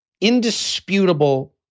indisputable